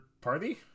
party